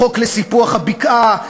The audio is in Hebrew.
חוק לסיפוח הבקעה,